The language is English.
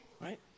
right